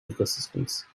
ecosystems